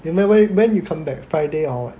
you wh~ when you come back Friday or what